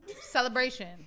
celebration